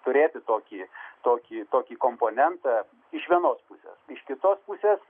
turėti tokį tokį tokį komponentą iš vienos pusės iš kitos pusės